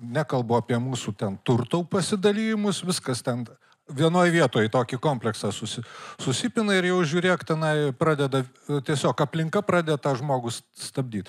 nekalbu apie mūsų ten turto pasidalijimus viskas ten vienoj vietoj į tokį kompleksą susi susipina ir jau žiūrėk tenai pradeda tiesiog aplinka pradeda tą žmogų s stabdyt